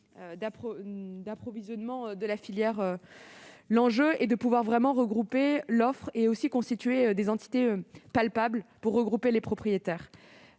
d'approvisionnement de la filière, l'enjeu est de pouvoir regrouper l'offre et de constituer des entités palpables en regroupant les propriétaires.